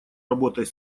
работой